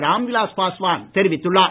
ராம்விலாஸ் பாஸ்வான் தெரிவித்துள்ளார்